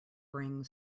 bring